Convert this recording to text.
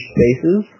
Spaces